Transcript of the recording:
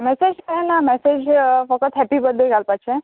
message कांय ना message फकत हेपी बर्थडे घालपाचें